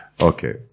Okay